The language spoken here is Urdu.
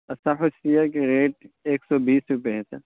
اصح السیر کی ریٹ ایک سو بیس روپئے ہے سر